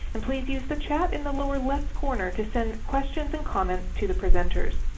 and please use the chat in the lower left corner to send questions and comments to the presenters.